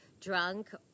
drunk